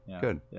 good